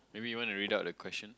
maybe you want to read out the question